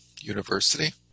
university